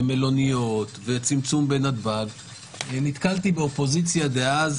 ומלוניות וצמצום בנתב"ג, נתקלתי באופוזיציה דאז